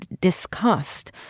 discussed